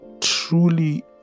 truly